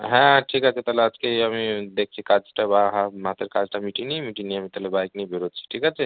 হ্যাঁ ঠিক আছে তাহলে আজকেই আমি দেখছি কাজটা হাতের কাজটা মিটিয়ে নিই মিটিয়ে নিয়ে আমি তাহলে বাইক নিয়ে বেরোচ্ছি ঠিক আছে